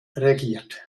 regiert